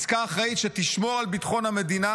עסקה אחראית שתשמור על ביטחון המדינה